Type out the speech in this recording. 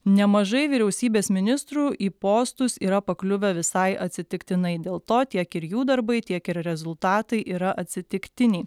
nemažai vyriausybės ministrų į postus yra pakliuvę visai atsitiktinai dėl to tiek ir jų darbai tiek ir rezultatai yra atsitiktiniai